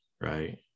right